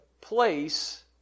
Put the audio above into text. place